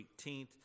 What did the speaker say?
18th